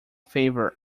favor